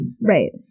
Right